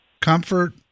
comfort